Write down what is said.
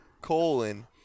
colon